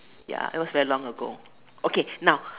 ya it was very long ago okay now